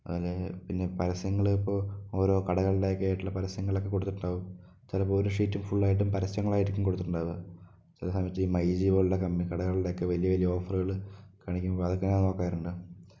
അതുപോലെ പിന്നെ പരസ്യങ്ങൾ ഇപ്പോൾ ഓരോ കടകളുടെ ഒക്കെയായിട്ടുള്ള പരസ്യങ്ങളൊക്കെ കൊടുത്തിട്ടുണ്ടാകും ചിലപ്പോൾ ഒരു ഷീറ്റും ഫുള്ളായിട്ടും പരസ്യങ്ങളായിരിക്കും കൊടുത്തിട്ടുണ്ടാവുക ചില സമയത്ത് ഈ മൈ ജി പോലെയുള്ള കടകളുടെയൊക്കെ വലിയ വലിയ ഓഫറുകൾ കാണിക്കുമ്പോൾ അതൊക്കെ നോക്കാറുണ്ട്